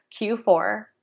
Q4